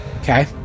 Okay